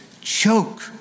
choke